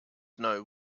know